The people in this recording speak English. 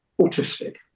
autistic